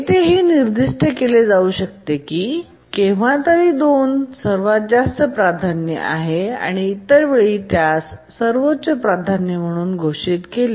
येथे हे निर्दिष्ट केले जात आहे की केव्हातरी 2 सर्वात जास्त प्राधान्य आहे आणि इतर वेळी त्यास 8 सर्वोच्च प्राधान्य म्हणून घोषित केले